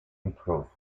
improve